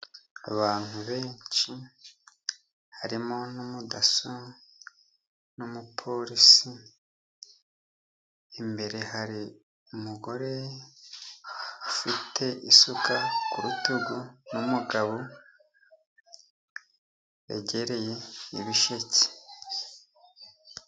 Abantu benshi harimo: n'umudaso, n'umupolisi, imbere hari umugore ufite isuka ku rutugu, n'umugabo begereye ibisheke.